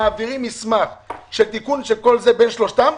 מעבירים מסמך של תיקון של כל זה בין שלושתם.